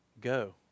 go